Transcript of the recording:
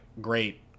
great